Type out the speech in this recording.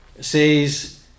says